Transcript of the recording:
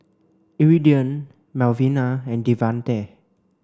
Iridian Melvina and Devante